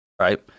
right